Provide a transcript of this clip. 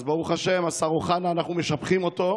אז ברוך השם, השר אוחנה, אנחנו משבחים אותו,